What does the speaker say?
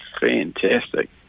fantastic